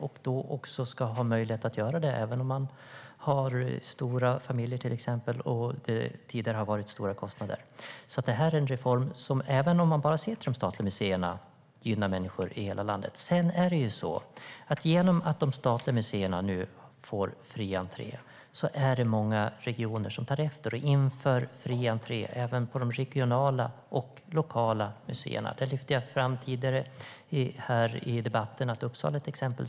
Då ska man också ha möjlighet att göra det, även om man till exempel har en stor familj och det tidigare har inneburit stora kostnader. Det här är alltså en reform som även om man bara ser till de statliga museerna gynnar människor i hela landet. Genom att de statliga museerna nu får fri entré är det många regioner som tar efter och inför fri entré även på de regionala och lokala museerna. Det lyfte jag fram tidigare här i debatten. Uppsala är ett exempel.